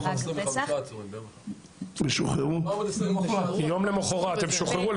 --- ושוחררו יום למחרת.